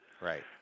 Right